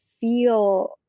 feel